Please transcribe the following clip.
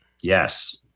Yes